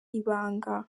ibanga